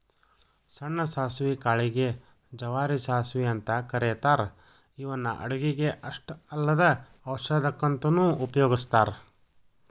ಸಣ್ಣ ಸಾಸವಿ ಕಾಳಿಗೆ ಗೆ ಜವಾರಿ ಸಾಸವಿ ಅಂತ ಕರೇತಾರ ಇವನ್ನ ಅಡುಗಿಗೆ ಅಷ್ಟ ಅಲ್ಲದ ಔಷಧಕ್ಕಂತನು ಉಪಯೋಗಸ್ತಾರ